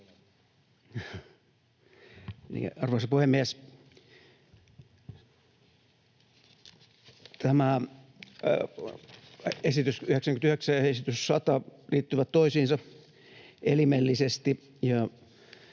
Arvoisa puhemies! Tämä esitys 99 ja esitys 100 liittyvät toisiinsa elimellisesti.